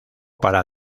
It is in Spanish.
para